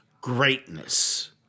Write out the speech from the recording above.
greatness